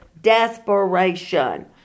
desperation